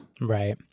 Right